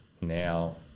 now